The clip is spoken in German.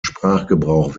sprachgebrauch